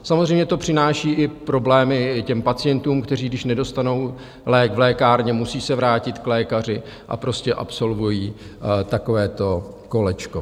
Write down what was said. Samozřejmě to přináší i problémy těm pacientům, kteří když nedostanou lék v lékárně, musí se vrátit k lékaři, a prostě absolvují takovéto kolečko.